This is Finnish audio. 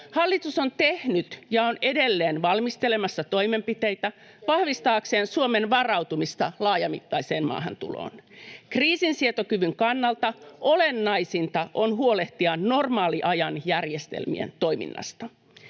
Hallitus on tehnyt ja on edelleen valmistelemassa toimenpiteitä vahvistaakseen Suomen varautumista laajamittaiseen maahantuloon. Kriisinsietokyvyn kannalta olennaisinta on huolehtia normaaliajan järjestelmien toiminnasta.